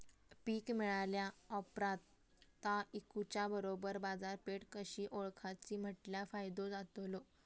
पीक मिळाल्या ऑप्रात ता इकुच्या बरोबर बाजारपेठ कशी ओळखाची म्हटल्या फायदो जातलो?